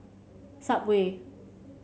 subway